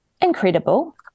incredible